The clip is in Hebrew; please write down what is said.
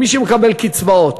מי שמקבל קצבאות.